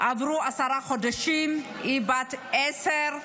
עברו עשרה חודשים והיא בת עשר.